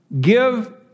Give